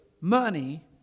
money